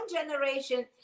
generation